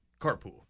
carpool